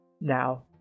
Now